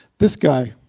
this guy.